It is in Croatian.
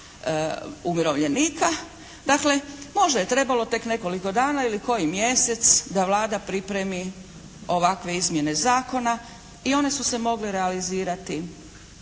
umirovljenika. Dakle možda je trebalo tek nekoliko dana ili koji mjesec da Vlada pripremi ovakve izmjene zakona i one su se mogle realizirati